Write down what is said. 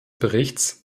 berichts